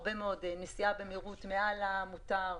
מצאנו הרבה מאוד נסיעה במהירות מעל המותר,